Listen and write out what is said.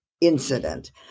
incident